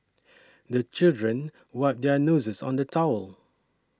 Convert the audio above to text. the children wipe their noses on the towel